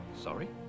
Sorry